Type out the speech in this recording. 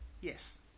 yes